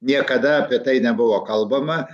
niekada apie tai nebuvo kalbama